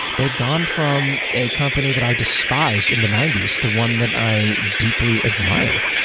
they've gone from a company that i despised in the ninety s to one that i deeply admire,